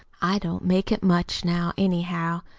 i don't make it much now, anyhow.